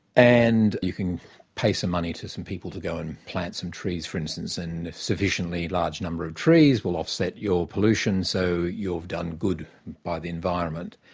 and you can pay some money to some people to go and plant some trees, for instance, and if sufficiently large number of trees will offset your pollution, so you've done good by the environment.